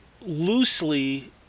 loosely